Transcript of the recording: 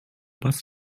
bus